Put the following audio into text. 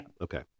Okay